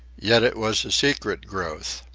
yet it was a secret growth.